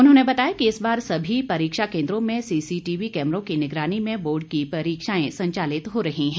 उन्होंने बताया कि इस बार सभी परीक्षा केन्द्रों में सीसीटीवी कैमरों की निगरानी में बोर्ड की परीक्षाएं संचालित हो रही है